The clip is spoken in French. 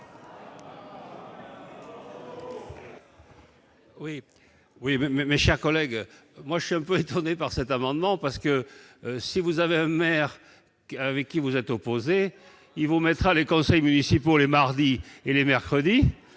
mais mes chers collègues, moi je suis un peu étonné par cet amendement parce que si vous avez un maire avec qui vous êtes opposé il mettra les conseils municipaux, les mardis et les mercredis,